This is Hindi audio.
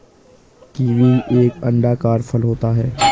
कीवी एक अंडाकार फल होता है